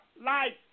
life